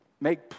make